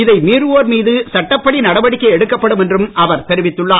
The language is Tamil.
இதை மீறுவோர் மீது சட்டப்படி நடவடிக்கை எடுக்கப்படும் என்றும் அவர் தெரிவித்துள்ளார்